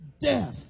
death